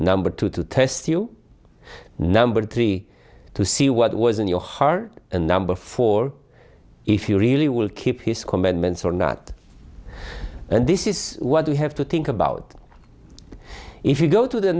number two to test you number three to see what was in your heart and number four if you really will keep his commandments or not and this is what we have to think about if you go to the